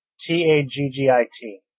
T-A-G-G-I-T